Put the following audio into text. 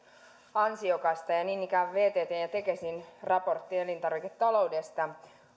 ansiokasta ja ja niin ikään edistyksellinen oli vttn ja tekesin raportti elintarviketaloudesta